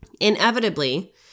inevitably